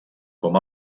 com